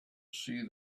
see